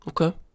Okay